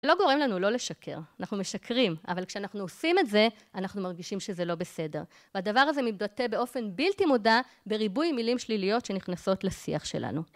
לא גורם לנו לא לשקר. אנחנו משקרים, אבל כשאנחנו עושים את זה, אנחנו מרגישים שזה לא בסדר. והדבר הזה מתבטא באופן בלתי מודע בריבוי מילים שליליות שנכנסות לשיח שלנו.